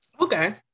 Okay